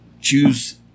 choose